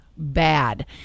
Bad